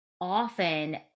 often